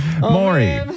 Maury